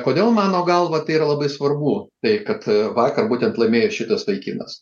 kodėl mano galva tai yra labai svarbu tai kad vakar būtent laimėjo šitas vaikinas